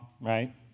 right